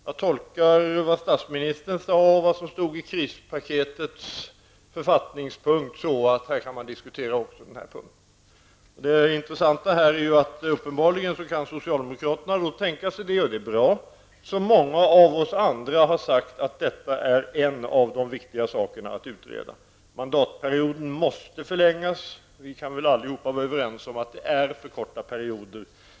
Jag tolkar vad statsministern sade och vad som stod i krispaketets författningspunkt så att man kan diskutera också den här frågan. Det intressanta är att uppenbarligen kan socialdemokraterna tänka sig det, och det är bra, som många av oss har sagt är en av de viktiga sakerna att utreda. Mandatperioden måste förlängas. Vi kan väl allihop vara överens om att det är för korta perioder.